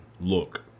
look